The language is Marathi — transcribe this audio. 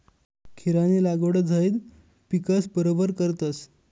खीरानी लागवड झैद पिकस बरोबर करतस